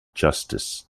justice